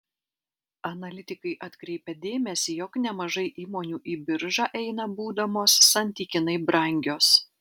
analitikai atkreipia dėmesį jog nemažai įmonių į biržą eina būdamos santykinai brangios